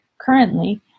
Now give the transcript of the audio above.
currently